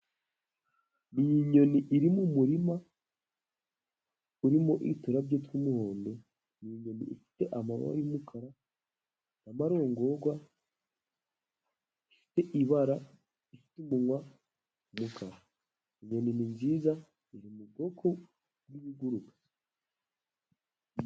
Ni inyoni iri mu murima urimo uturabyo tw'umuhondo. Ni inyoni ifite amababa y'umukara na marongorwa. Ifite ibara, ifite umunwa w'umukara. Inyoni ni nziza iri mu bwoko bwi'ibiguruka.